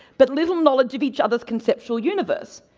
but little knowledge of each other's conceptual universe.